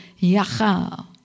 yachal